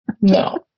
No